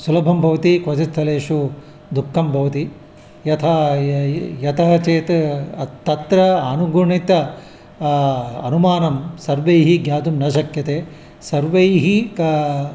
सुलभं भवति क्वचिद् स्थलेषु् दुःखं भवति यथा यतः चेत् तत्र अनुगुणित अनुमानं सर्वैः ज्ञातुं न शक्यते सर्वैः कः